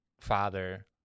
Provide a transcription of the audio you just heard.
father